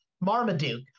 Marmaduke